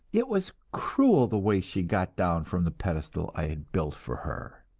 it was cruel the way she got down from the pedestal i had built for her.